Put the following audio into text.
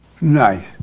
nice